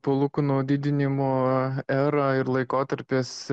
palūkanų didinimo era ir laikotarpis